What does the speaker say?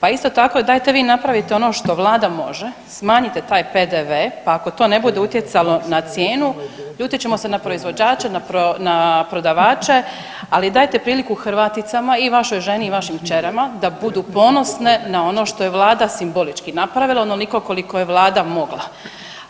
Pa isto tako dajte vi napravite ono što vlada može, smanjite taj PDV, pa ako to ne bude utjecalo na cijenu ljutit ćemo se na proizvođače, na prodavače, ali dajte priliku Hrvaticama i vašoj ženi i vašim kćerima da budu ponosne na ono što je vlada simbolički napravila onoliko koliko je vlada mogla,